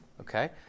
Okay